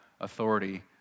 authority